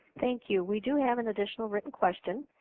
thank you. we do have an additional written question.